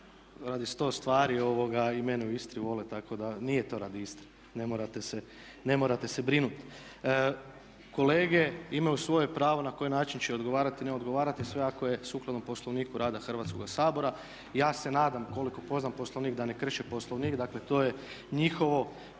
radi 100 stvari i mene u Istri vole tako da nije to radi Istre, ne morate se brinuti. Kolege imaju svoje pravo na koji način će odgovarati, ne odgovarati, sve ako je sukladno Poslovniku rada Hrvatskoga sabora. Ja se nadam koliko poznajem Poslovnik da ne krše poslovnik, dakle to je njihovo